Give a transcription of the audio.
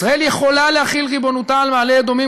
ישראל יכולה להחיל ריבונותה על מעלה-אדומים